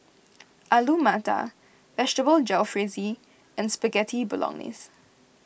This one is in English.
Alu Matar Vegetable Jalfrezi and Spaghetti Bolognese